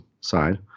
side